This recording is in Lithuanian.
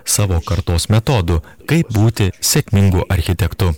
savo kartos metodų kaip būti sėkmingu architektu